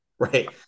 Right